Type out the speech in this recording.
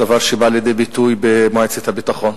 דבר שבא לידי ביטוי במועצת הביטחון.